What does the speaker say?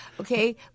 Okay